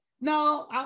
No